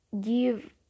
give